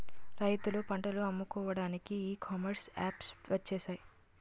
రైతులు పంటలు అమ్ముకోవడానికి ఈ కామర్స్ యాప్స్ వచ్చేసాయి